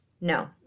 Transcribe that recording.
No